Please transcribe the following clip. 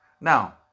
Now